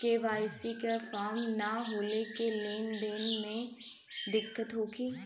KYC के form न होले से लेन देन में दिक्कत होखी?